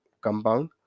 compound